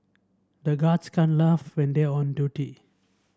the guards can laugh when they are on duty